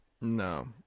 No